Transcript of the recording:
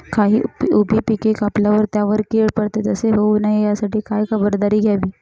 काही उभी पिके कापल्यावर त्यावर कीड पडते, तसे होऊ नये यासाठी काय खबरदारी घ्यावी?